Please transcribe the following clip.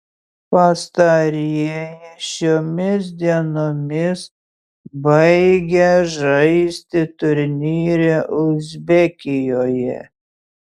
pastarieji šiomis dienomis baigia žaisti turnyre uzbekijoje